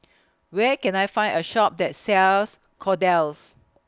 Where Can I Find A Shop that sells Kordel's